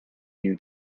new